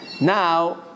Now